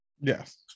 Yes